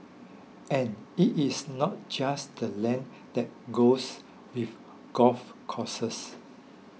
and it is not just the land that goes with golf courses